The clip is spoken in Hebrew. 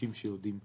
אנשים שיודעים הרבה.